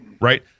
right